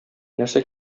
нәрсә